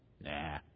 nah